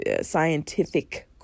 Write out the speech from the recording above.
scientific